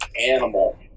animal